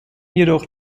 jedoch